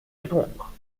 répondre